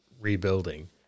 rebuilding